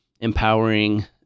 empowering